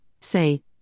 say